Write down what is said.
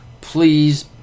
please